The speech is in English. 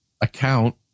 account